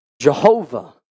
Jehovah